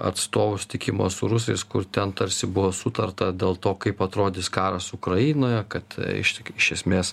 atstovų susitikimą su rusais kur ten tarsi buvo sutarta dėl to kaip atrodys karas ukrainoje kad iš iš esmės